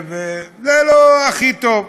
זה לא הכי טוב.